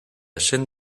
chaîne